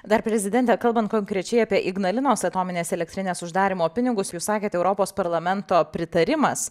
dar prezidente kalbant konkrečiai apie ignalinos atominės elektrinės uždarymo pinigus jūs sakėt europos parlamento pritarimas